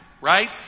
right